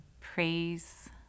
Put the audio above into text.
Praise